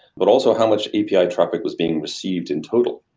but also how much api ah traffic was being received in total